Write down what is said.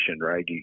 right